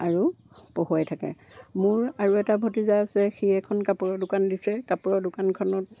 আৰু পঢ়ুৱাই থাকে মোৰ আৰু এটা ভটিজা আছে সি এখন কাপোৰৰ দোকান দিছে কাপোৰৰ দোকানখনত